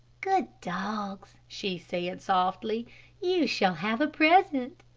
good dogs, she said, softly you shall have a present.